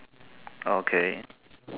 okay